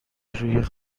روی